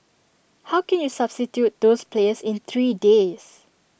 how can you substitute those players in three days